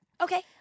Okay